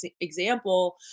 example